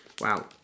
Wow